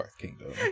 kingdom